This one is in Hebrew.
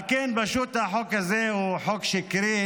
על כן, החוק הזה הוא פשוט חוק שקרי,